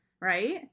right